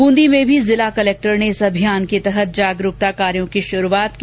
बूंदी में भी जिला कलेक्टर ने इस अभियान के तहत जागरूकता कार्यो की शुरूआत की